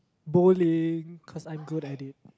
bowling cause I'm good at it